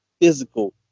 physical